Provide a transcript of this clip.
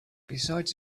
besides